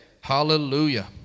Hallelujah